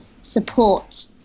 support